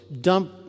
dump